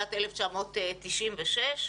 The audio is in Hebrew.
בשנת 1996,